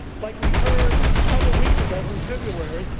like we heard ah several weeks ago in february,